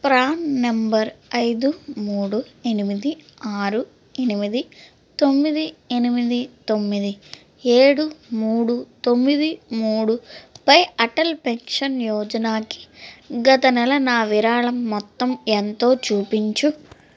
PRAN number ఐదు మూడు ఎనిమిది ఆరు ఎనిమిది తొమ్మిది ఎనిమిది తొమ్మిది ఏడు మూడు తొమ్మిది మూడు పై అటల్ పెన్షన్ యోజనాకి గత నెల నా విరాళం మొత్తం ఎంతో చూపించు